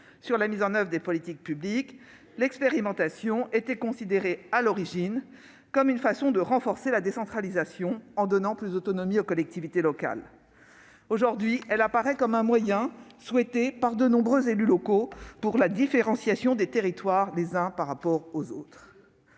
sur la mise en oeuvre des politiques publiques, l'expérimentation était considérée, à l'origine, comme une façon de renforcer la décentralisation, en donnant plus d'autonomie aux collectivités locales. Aujourd'hui, elle apparaît comme un moyen, souhaité par de nombreux élus locaux, de différenciation des territoires les uns par rapport aux autres.